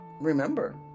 remember